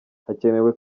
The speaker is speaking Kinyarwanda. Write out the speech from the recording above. hakenewe